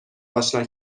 آشنا